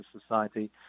Society